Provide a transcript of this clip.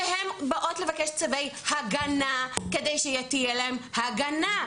שהן באות לבקש צווי הגנה כדי שתהיה להן הגנה,